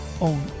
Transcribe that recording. own